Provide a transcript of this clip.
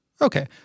Okay